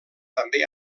també